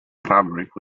fabric